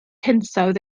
hinsawdd